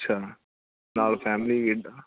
ਅੱਛਾ ਨਾਲ ਫੈਮਿਲੀ ਵੀ